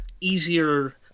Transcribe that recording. easier